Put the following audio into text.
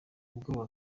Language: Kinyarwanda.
ubwoba